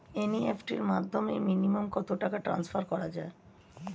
NEFT র মাধ্যমে minimum কত টাকা ট্রান্সফার করা যায়?